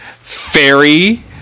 Fairy